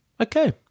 Okay